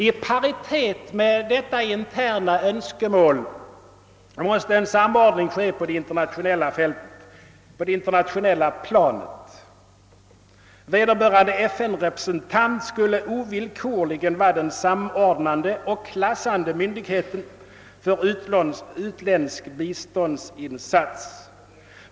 I paritet med detta interna önskemål, måste en samordning ske på det internationella planet. Vederbörande FN representant i biståndslandet borde ovillkorligen vara den samordnande och klassande myndigheten för utländska biståndsinsatser.